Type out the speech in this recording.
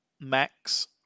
Max